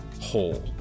whole